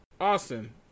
Austin